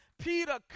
Peter